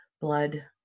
blood